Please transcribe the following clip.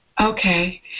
Okay